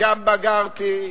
גם בגרתי,